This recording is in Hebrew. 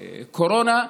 לקורונה.